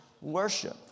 worship